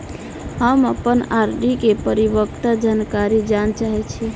हम अप्पन आर.डी केँ परिपक्वता जानकारी जानऽ चाहै छी